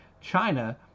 China